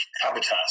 habitats